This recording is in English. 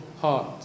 heart